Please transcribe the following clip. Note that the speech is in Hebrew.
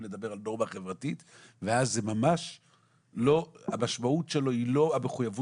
צריכים פה לדבר על נורמה חברתית ואז המשמעות שלה היא לא המחויבות